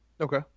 okay